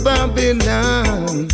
Babylon